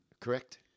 Correct